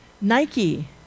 Nike